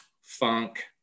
funk